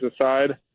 aside